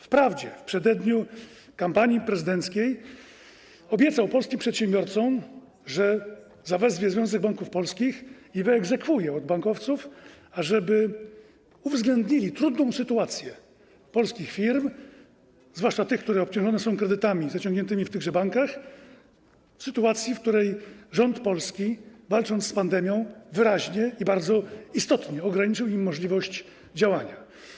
Wprawdzie w przededniu kampanii prezydenckiej obiecał polskim przedsiębiorcom, że zawezwie Związek Banków Polskich i wyegzekwuje od bankowców, ażeby uwzględnili trudną sytuację polskich firm, zwłaszcza tych, które obciążone są kredytami zaciągniętymi w tychże bankach, w sytuacji, w której rząd polski, walcząc z pandemią, wyraźnie i bardzo istotnie ograniczył im możliwość działania.